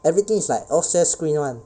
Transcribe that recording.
everything is like all share screen [one]